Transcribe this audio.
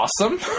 awesome